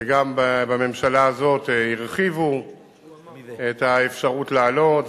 וגם בממשלה הזאת הרחיבו את האפשרות לעלות,